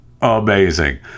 Amazing